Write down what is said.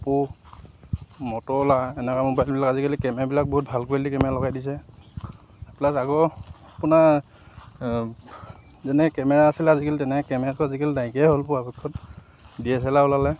অপ' মটৰলা এনেকুৱা মোবাইলবিলাক আজিকালি কেমেৰাবিলাক বহুত ভাল কোৱালিটীৰ কেমেৰা লগাই দিছে প্লাছ আগৰ আপোনাৰ যেনে কেমেৰা আছিলে আজিকালি তেনেকৈ কেমেৰাটো আজিকালি নাইকিয়াই হ'ল পৰাপক্ষত ডি এছ এল আৰ ওলালে